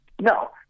No